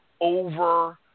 over